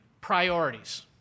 priorities